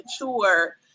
mature